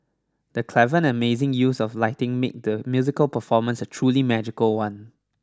the clever and amazing use of lighting made the musical performance a truly magical one